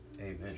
Amen